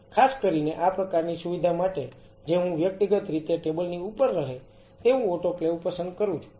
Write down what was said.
ખાસ કરીને આ પ્રકારની સુવિધા માટે જે હું વ્યક્તિગત રીતે ટેબલ ની ઉપર રહે તેવું ઓટોક્લેવ પસંદ કરું છું